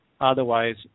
Otherwise